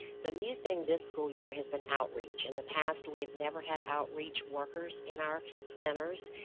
the new thing this school year has been outreach. in the past we have never had outreach workers in our centers.